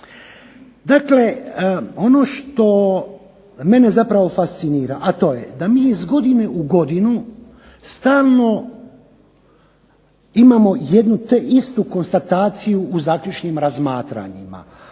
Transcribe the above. Dakle ono što mene zapravo fascinira, a to je da mi iz godine u godinu stalno imamo jednu te istu konstataciju u zaključnim razmatranjima,